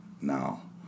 now